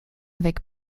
avec